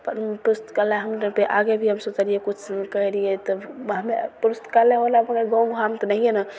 पर पुस्तकालय हम आगे भी अब सोचलिए किछु करै रहिए तब बादमे पुस्तकालय होलापर गाममे हम तऽ नहिए ने